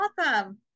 awesome